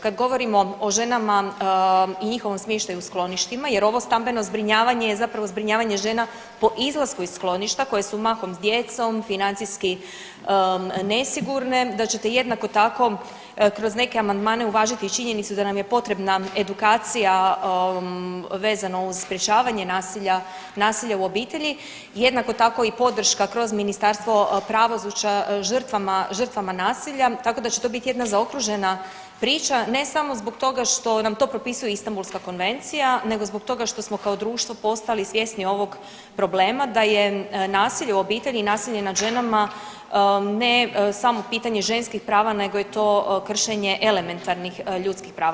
Kad govorimo o ženama i njihovom smještaju u skloništima jer ovo stambeno zbrinjavanje je zapravo zbrinjavanje žena po izlasku iz skloništa koje su mahom s djecom, financijski nesigurne, da ćete jednako tako kroz neke amandmane uvažiti i činjenicu da nam je potrebna edukacija vezano uz sprječavanje nasilja u obitelji, jednako tako i podrška kroz Ministarstvo pravosuđa, žrtvama nasilja, tako da će to biti jedna zaokružena priča, ne samo zbog toga što nam to propisuju Istambulska konvencija nego zbog toga što smo kao društvo postali svjesni ovog problema da je nasilje u obitelji i nasilje nad ženama ne samo pitanje ženskih prava nego je to kršenje elementarnih ljudskih prava.